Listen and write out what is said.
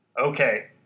Okay